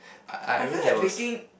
I I remember there was